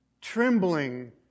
trembling